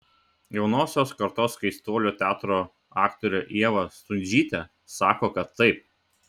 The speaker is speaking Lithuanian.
jaunosios kartos keistuolių teatro aktorė ieva stundžytė sako kad taip